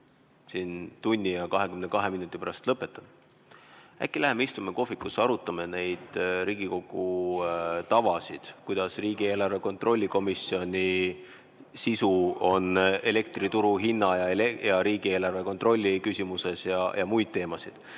ühe tunni ja 22 minuti pärast lõpetan, siis äkki läheme istume kohvikus ja arutame neid Riigikogu tavasid, kuidas riigieelarve kontrolli erikomisjoni sisu on elektri turuhinna ja riigieelarve kontrolli küsimuses, ja muid teemasid.